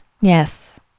Yes